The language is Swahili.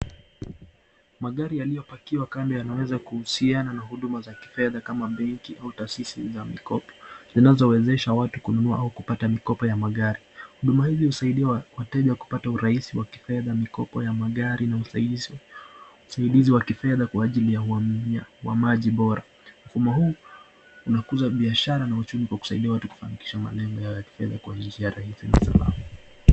Magari yaliyopakiwa kando yanaweza kuhusiana na huduma ya kifedha kama benki au taasisi za mikopo zinazowezesha watu kununua au kupata mikopo ya magari. Huduma hizi husaidia wateja kupata urahisi wa kifedha mikopo ya magari na usaidizi wa kifedha kwa ajili ya uaminiaji bora. Mfumo huu unakuza biashara na uchumi kwa kusaidia watu kufanikisha malengo yao ya kifedha kwa njia rahisi na salama.